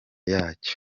yacyo